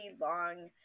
long